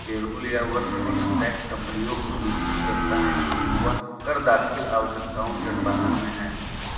payroll या workforce tax कंपनियों को सुनिश्चित करता है कि वह कर दाखिल आवश्यकताओं के अनुपालन में है